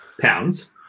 Pounds